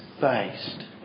based